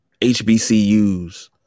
HBCUs